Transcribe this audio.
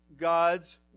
God's